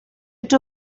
two